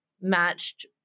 matched